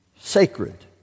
Sacred